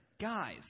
guys